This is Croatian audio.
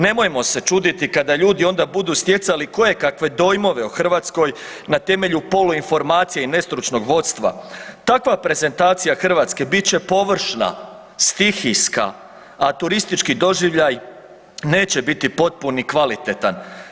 Nemojmo se čuditi kada ljudi onda budu stjecali kojekakve dojmove o Hrvatskoj na temelju poluinformacija i nestručnog vodstva, takva prezentacija Hrvatske bit će površna, stihijska, a turistički doživljaj neće biti potpun i kvalitetan.